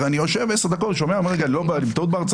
ישבתי 10 דקות וחושב שיש לי טעות.